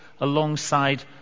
alongside